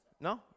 No